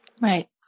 Right